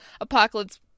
Apocalypse